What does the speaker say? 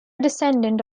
descendant